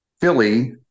philly